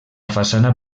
façana